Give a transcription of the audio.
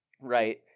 right